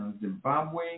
Zimbabwe